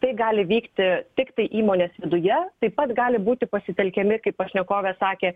tai gali vykti tiktai įmonės viduje taip pat gali būti pasitelkiami kaip pašnekovė sakė